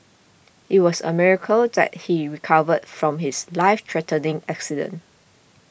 it was a miracle that he recovered from his life threatening accident